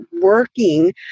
working